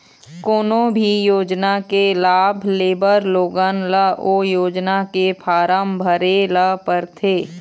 कोनो भी योजना के लाभ लेबर लोगन ल ओ योजना के फारम भरे ल परथे